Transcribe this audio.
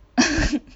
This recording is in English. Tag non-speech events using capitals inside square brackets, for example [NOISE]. [LAUGHS]